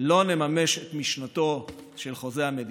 לא נממש את משנתו של חוזה המדינה.